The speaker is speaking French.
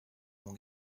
mon